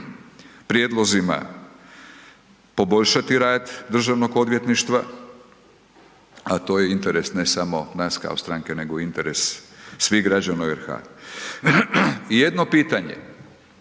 prijedlozima poboljšati rad Državnog odvjetništva, a to je interes ne samo nas kao stranke nego i interes svih građana u RH. I jedno pitanje.